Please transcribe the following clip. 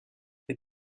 les